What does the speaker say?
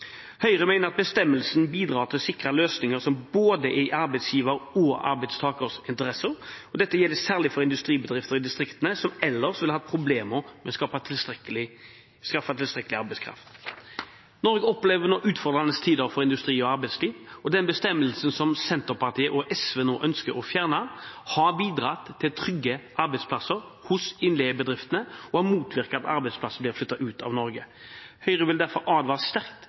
Høyre mener at bestemmelsen bidrar til å sikre løsninger som er både i arbeidsgivers og arbeidstakers interesse. Dette gjelder særlig for industribedrifter i distriktene som ellers ville hatt problemer med å skaffe tilstrekkelig arbeidskraft. Norge opplever nå utfordrende tider for industri og arbeidsliv. Den bestemmelsen som Senterpartiet og SV nå ønsker å fjerne, har bidratt til trygge arbeidsplasser hos innleiebedriftene og har motvirket at arbeidsplasser blir flyttet ut av Norge. Høyre vil derfor advare sterkt